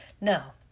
Now